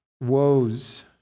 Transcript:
woes